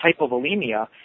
hypovolemia